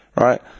right